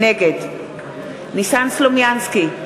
נגד ניסן סלומינסקי,